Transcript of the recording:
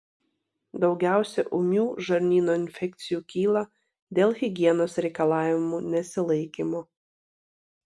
daugiausiai ūmių žarnyno infekcijų kyla dėl higienos reikalavimų nesilaikymo